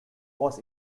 was